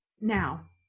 Now